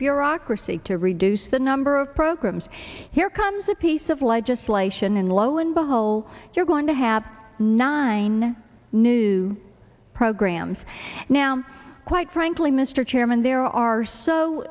bureaucracy to reduce the number of programs here comes a piece of legislation and lo and behold you're going to have nine new programs now quite frankly mr chairman there are so